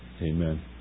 Amen